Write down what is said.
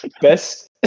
Best